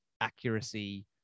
accuracy